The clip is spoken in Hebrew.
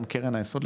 גם קרן היסוד,